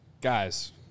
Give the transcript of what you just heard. Guys